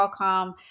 Qualcomm